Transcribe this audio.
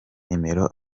nimero